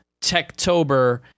Techtober